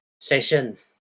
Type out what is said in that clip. sessions